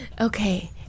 Okay